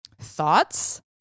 Thoughts